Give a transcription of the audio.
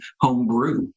homebrew